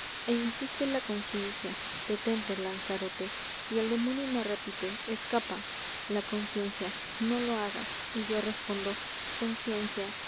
insiste la conciencia detente lanzarote y el demonio me repite escapa la conciencia no lo hagas y yo respondo conciencia